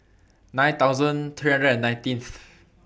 nine thousand three hundred and nineteenth